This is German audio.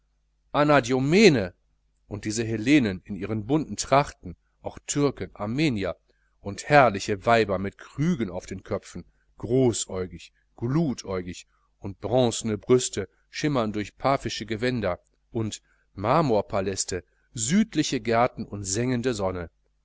anadyomene und diese hellenen in ihren bunten trachten auch türken armenier und herrliche weiber mit krügen auf den köpfen großäugig glutäugig und broncene brüste schimmern durch paphische gewänder und marmorpaläste südliche gärten und sengende sonne